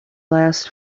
last